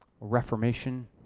reformation